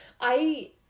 I-